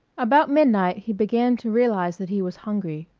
about midnight he began to realize that he was hungry.